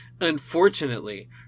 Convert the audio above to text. Unfortunately